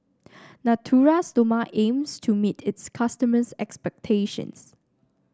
Natura Stoma aims to meet its customers' expectations